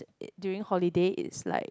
during holidays it's like